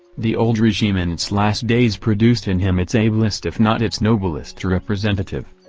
the old regime in its last days produced in him its ablest if not its noblest representative.